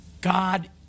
GOD